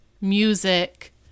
music